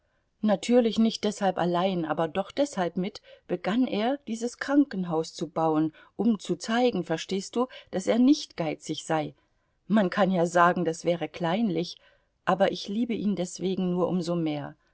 natürlich nicht deshalb allein aber doch deshalb mit begann er dieses krankenhaus zu bauen um zu zeigen verstehst du daß er nicht geizig sei man kann ja sagen das wäre kleinlich aber ich liebe ihn deswegen nur um so mehr